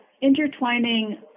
intertwining